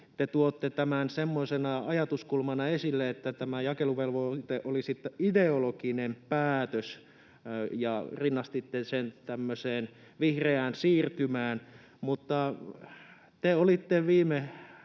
te tuotte tämän semmoisena ajatuskulmana esille, että tämä jakeluvelvoite olisi ideologinen päätös, ja rinnastitte sen tämmöiseen vihreään siirtymään, mutta te olitte viime